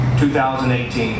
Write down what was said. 2018